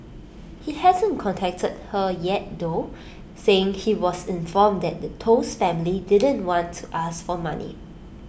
he hasn't contacted her yet though saying he was informed that Toh's family didn't want to ask for money